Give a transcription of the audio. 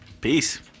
peace